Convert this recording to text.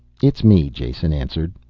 it's me, jason answered.